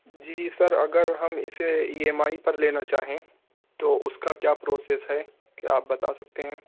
جی sir اگر ہم اسے ای ایم آئی پر لینا چاہیں تو اس کا کیا پروسیس ہے کیا آپ بتا سکتے ہیں